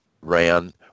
ran